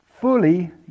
fully